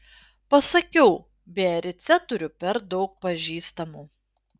pasakiau biarice turiu per daug pažįstamų